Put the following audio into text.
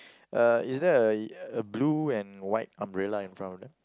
uh is there a a blue and white umbrella in front of them